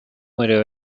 murió